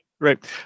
Right